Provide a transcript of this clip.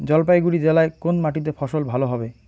জলপাইগুড়ি জেলায় কোন মাটিতে ফসল ভালো হবে?